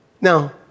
Now